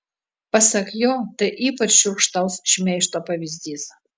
pasak jo tai ypač šiurkštaus šmeižto pavyzdys